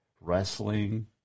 wrestling